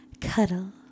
Cuddle